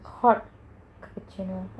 hot cappuccino or